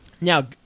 Now